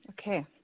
Okay